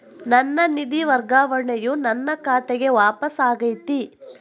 ನನ್ನ ನಿಧಿ ವರ್ಗಾವಣೆಯು ನನ್ನ ಖಾತೆಗೆ ವಾಪಸ್ ಆಗೈತಿ